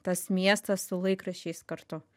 tas miestas su laikraščiais kartu